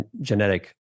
genetic